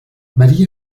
maria